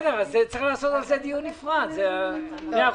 צריך לערוך על זה דיון נפרד, לא עכשיו.